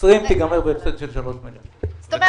השנה צופים שתיגמר בהפסד של שלושה מיליון שקלים.